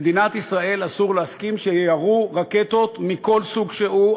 למדינת ישראל אסור להסכים שיירו רקטות מכל סוג שהוא,